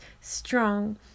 strong